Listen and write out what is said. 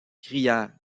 cria